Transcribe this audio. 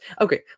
okay